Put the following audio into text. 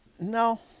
no